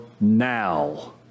now